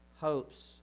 hopes